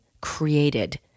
created